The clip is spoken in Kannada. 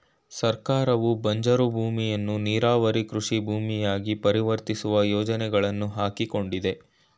ಸರ್ಕಾರವು ಬಂಜರು ಭೂಮಿಯನ್ನು ನೀರಾವರಿ ಕೃಷಿ ಭೂಮಿಯಾಗಿ ಪರಿವರ್ತಿಸುವ ಯೋಜನೆಗಳನ್ನು ಹಾಕಿಕೊಂಡಿದೆ